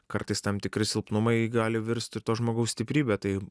kartais tam tikri silpnumai gali virst ir to žmogaus stiprybe tai